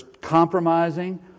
compromising